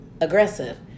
aggressive